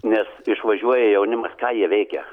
nes išvažiuoja jaunimas ką jie veikia